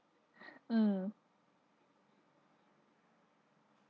mm